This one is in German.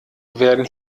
werden